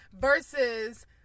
versus